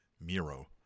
miro